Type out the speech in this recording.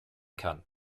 kann